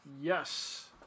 Yes